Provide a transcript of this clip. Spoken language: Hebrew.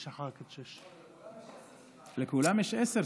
ונשאר את 6. לכולם יש עשר,